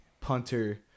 punter